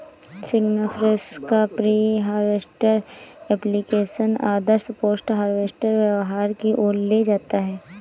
सिग्नाफ्रेश का pre harvest application आदर्श post harvest व्यवहार की ओर ले जाता है